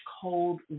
cold